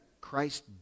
Christ